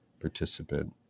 participant